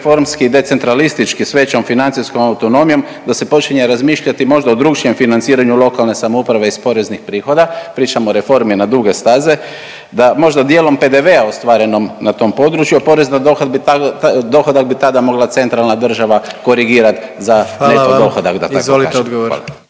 vam. Izvolite odgovor.